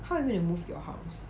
how you gonna move your house